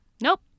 nope